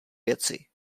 věci